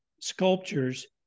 sculptures